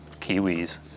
Kiwis